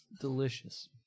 Delicious